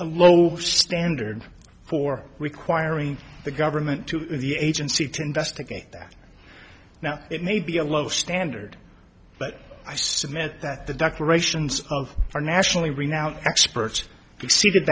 a low standard for requiring the government to the agency to investigate that now it may be a low standard but i submit that the decorations of our nationally renowned experts exceeded